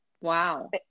wow